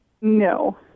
No